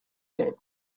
day